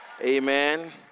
Amen